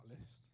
list